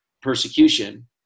persecution